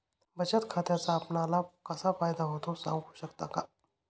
बचत खात्याचा आपणाला कसा फायदा होतो? सांगू शकता का?